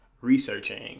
researching